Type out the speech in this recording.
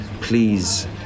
Please